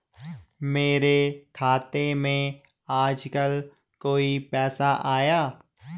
मेरे खाते में आजकल कोई पैसा आया?